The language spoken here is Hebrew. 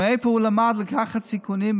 מאיפה הוא למד לקחת סיכונים?